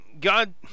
God